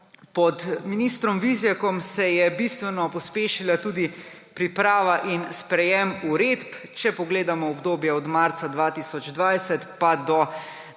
Pod ministrom Vizjakom sta se bistveno pospešila tudi priprava in sprejetje uredb. Če pogledamo obdobje od marca 2020 pa do